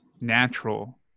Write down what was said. natural